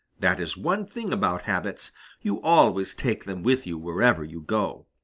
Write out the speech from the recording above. that is one thing about habits you always take them with you wherever you go.